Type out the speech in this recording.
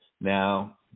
now